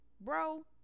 bro